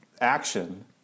action